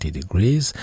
degrees